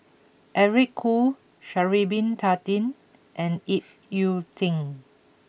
Eric Khoo Sha'ari bin Tadin and Ip Yiu Tung